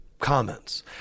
Comments